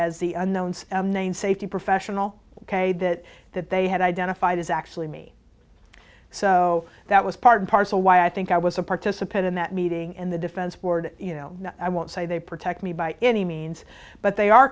as the unknowns one safety professional that that they had identified is actually me so that was part and parcel why i think i was a participant in that meeting and the defense board you know i won't say they protect me by any means but they are